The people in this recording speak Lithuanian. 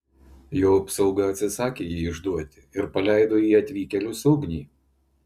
jo apsauga atsisakė jį išduoti ir paleido į atvykėlius ugnį